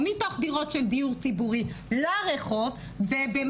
או מתוך דירות של דיור ציבורי לרחוב ובמקביל,